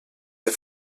der